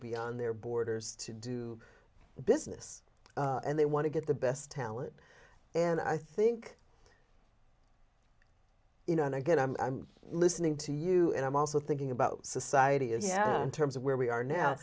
beyond their borders to do business and they want to get the best talent and i think you know and i get i'm listening to you and i'm also thinking about society in terms of where we are now